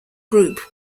group